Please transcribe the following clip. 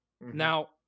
now